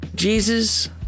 Jesus